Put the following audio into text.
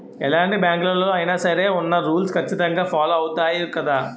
ఎలాంటి బ్యాంకులలో అయినా సరే ఉన్న రూల్స్ ఖచ్చితంగా ఫాలో అవుతారు గదా